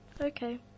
Okay